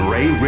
Ray